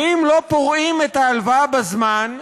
ואם לא פורעים את ההלוואה בזמן,